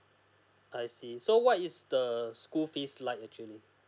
I see so what is the school fees like actually